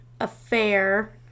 affair